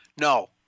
No